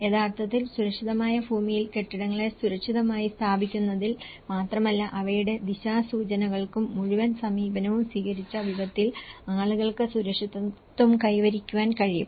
യഥാർത്ഥത്തിൽ സുരക്ഷിതമായ ഭൂമിയിൽ കെട്ടിടങ്ങളെ സുരക്ഷിതമായി സ്ഥാപിക്കുന്നതിൽ മാത്രമല്ല അവയുടെ ദിശാസൂചനകൾക്കും മുഴുവൻ സമീപനവും സ്വീകരിച്ച വിധത്തിൽ ആളുകൾക്ക് സുരക്ഷിതത്വം കൈവരിക്കാൻ കഴിയും